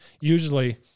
usually